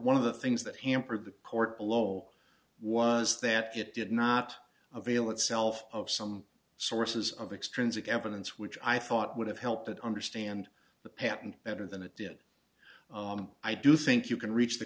one of the things that hampered the court below was that it did not avail itself of some sources of extrinsic evidence which i thought would have helped it understand the patent better than it did i do think you can reach the